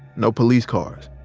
no police cars.